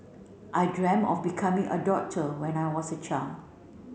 I dreamt of becoming a doctor when I was a child